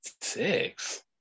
Six